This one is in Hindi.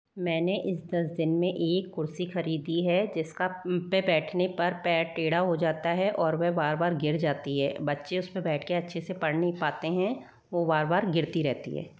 मैंने इस दस दिन में एक कुर्सी खरीदी है जिसका बैठने पर पैर टेढ़ा हो जाता है और और वह बार बार गिर जाती है बच्चे उस पे बैठ के अच्छे से बैठ के पढ़ नहीं पाते हैं वो बार बार गिरती रहती है